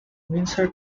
windsor